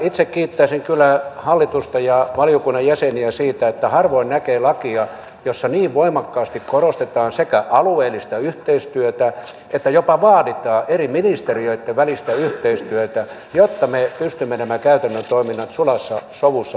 itse kiittäisin kyllä hallitusta ja valiokunnan jäseniä siitä että harvoin näkee lakia jossa sekä niin voimakkaasti korostetaan alueellista yhteistyötä että jopa vaaditaan eri ministeriöitten välistä yhteistyötä jotta me pystymme nämä käytännön toiminnat sulassa sovussa viemään eteenpäin